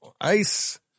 ice